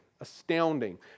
astounding